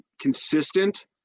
consistent